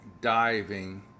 diving